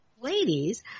ladies